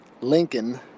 Lincoln